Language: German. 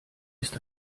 ist